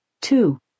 Two